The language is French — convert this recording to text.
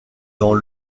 dans